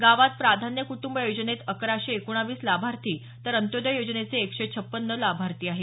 गावात प्राधान्य कुटुंब योजनेत अकराशे एकोणावीस लाभार्थी तर अंत्योदय योजनेचे एकशे छपन्न लाभार्थी आहेत